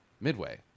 Midway